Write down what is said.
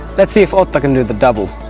let's see if otto can do the double.